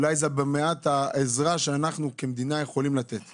אולי זאת מעט העזרה שאנחנו כמדינה יכולים לתת להם.